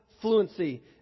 Fluency